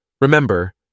remember